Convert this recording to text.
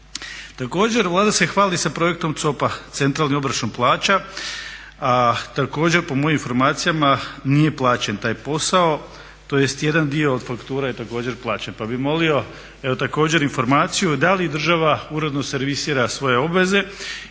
Također Vlada se hvali sa projektom COP-a, centralni obračun plaća, također po mojim informacijama nije plaćen taj posao tj. jedan dio od faktura je također plaćen pa bih molio također informaciju da li država uredno servisira svoje obveze